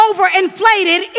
Overinflated